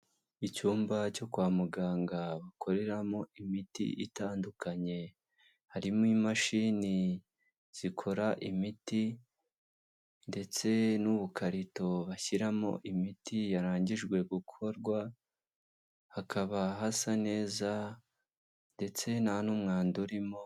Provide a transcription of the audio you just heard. Icyumba cyo kwa muganga bakoreramo imiti itandukanye, harimo imashini zikora imiti ndetse n'ubukarito bashyiramo imiti yarangijwe gukorwa, hakaba hasa neza ndetse nta n'umwanda urimo.